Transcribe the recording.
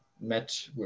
met